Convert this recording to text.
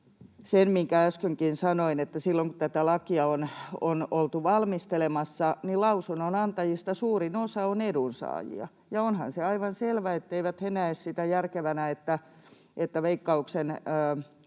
minkä äskenkin sanoin, että silloin, kun tätä lakia on oltu valmistelemassa, lausunnon antajista suurin osa on ollut edunsaajia, niin onhan se aivan selvä, että eivät he näe sitä järkevänä, että Veikkauksen